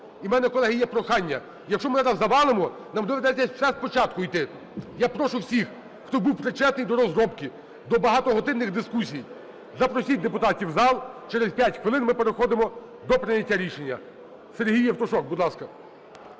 І у мене, колеги, є прохання. Якщо ми зараз завалимо нам доведеться все спочатку йти. Я прошу всіх, хто був причетний до розробки, до багатогодинних дискусій, запросіть депутатів в зал, через п'ять хвилин ми переходимо до прийняття рішення. Сергій Євтушок, будь ласка.